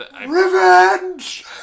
Revenge